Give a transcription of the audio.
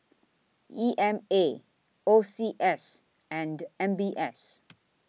E M A O C S and M B S